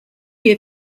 year